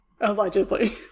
Allegedly